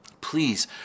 Please